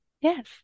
Yes